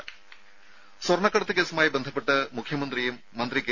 ദര സ്വർണ്ണക്കടത്ത് കേസുമായി ബന്ധപ്പെട്ട് മുഖ്യമന്ത്രിയും മന്ത്രി കെ